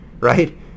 right